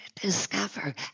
discover